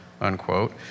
unquote